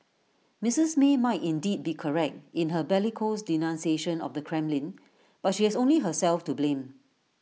Mrs may might indeed be correct in her bellicose denunciation of the Kremlin but she has only herself to blame